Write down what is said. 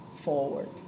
forward